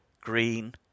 green